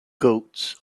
goats